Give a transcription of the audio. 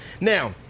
now